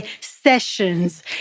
sessions